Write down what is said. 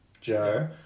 Joe